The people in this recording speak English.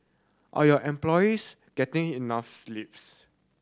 are your employees getting enough sleeps